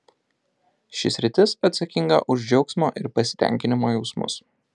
ši sritis atsakinga už džiaugsmo ir pasitenkinimo jausmus